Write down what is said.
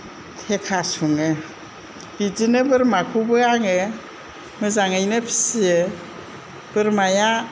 थेखा सङो बिदिनो बोरमाखौबो आङो मोजाङैनो फिसियो बोरमाया